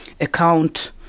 account